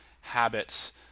habits